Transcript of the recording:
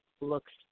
Looks